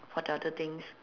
what other things